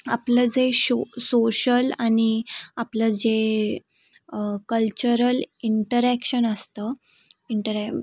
आपलं जे शो सोशल आणि आपलं जे कल्चरल इंटरॅक्शन असतं इंटरॅ